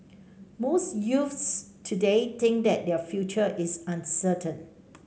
most youths today think that their future is uncertain